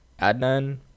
Adnan